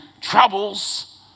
troubles